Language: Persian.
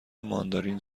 ماندارین